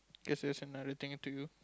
guess it's another thing I had to do